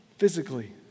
physically